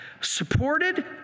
supported